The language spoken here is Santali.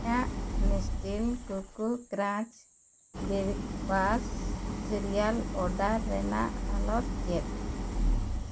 ᱤᱧᱟᱜ Nestle Koko Krunch breakfast cereal order ᱨᱮᱱᱟᱜ ᱦᱟᱞᱚᱛ ᱪᱮᱫ